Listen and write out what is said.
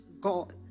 God